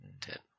Ten